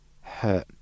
hurt